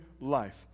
life